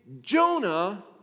Jonah